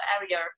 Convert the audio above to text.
area